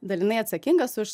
dalinai atsakingas už